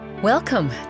Welcome